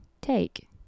take